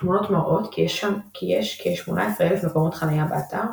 תמונות מראות כי יש כ־18,000 מקומות חנייה באתר,